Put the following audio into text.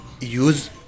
Use